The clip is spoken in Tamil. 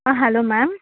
ah hello ma'am